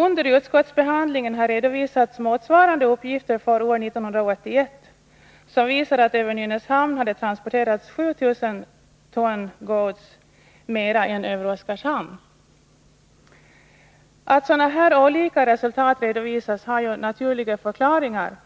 Under utskottsbehandlingen har det redovisats motsvarande uppgifter för år 1981, och de visar att det över Nynäshamn hade transporterats 7 000 ton mer än över Oskarshamn. Att så olika resultat redovisas har naturliga förklaringar.